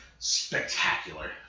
Spectacular